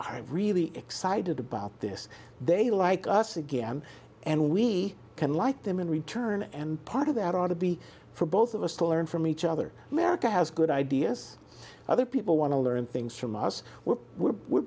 are really excited about this they like us again and we can like them in return and part of that ought to be for both of us to learn from each other america has good ideas other people want to learn things from us we're